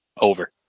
Over